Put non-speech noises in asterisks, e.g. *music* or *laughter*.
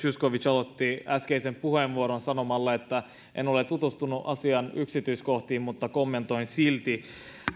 *unintelligible* zyskowicz aloitti äskeisen puheenvuoron sanomalla että ei ole tutustunut asian yksityiskohtiin mutta kommentoi silti